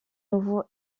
nouveau